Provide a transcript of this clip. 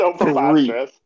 Three